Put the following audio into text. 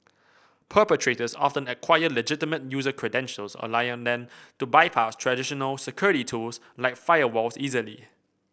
perpetrators often acquire legitimate user credentials allowing them to bypass traditional security tools like firewalls easily